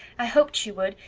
i hoped she would,